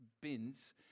bins